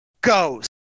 goes